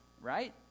right